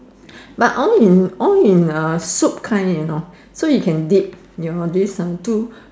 but all in all in soup kind so you can dip your this two